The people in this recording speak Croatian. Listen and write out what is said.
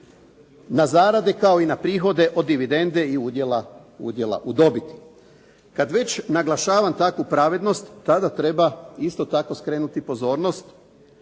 na za rade kao i na prihode od dividende udjela u dobiti. Kada već naglašavam takvu pravednost, tada treba isto tako skrenuti pozornost